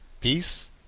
peace